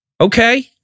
Okay